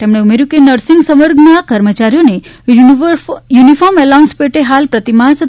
તેમણે ઉમેર્યું કે નર્સિંગ સંવર્ગના કર્મચારીઓને યુનિફોર્મ એલાઉન્સ પેટે હાલ પ્રતિમાસ રૂ